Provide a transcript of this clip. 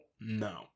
No